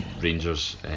Rangers